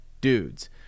dudes